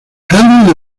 henri